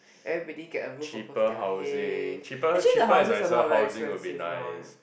everybody get a roof above their head actually the houses are not very expensive now